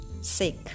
sick